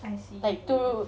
I see